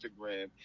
instagram